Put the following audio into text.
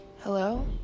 Hello